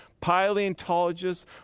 Paleontologists